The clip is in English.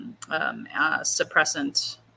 suppressant